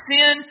Sin